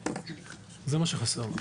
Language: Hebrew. נקודה.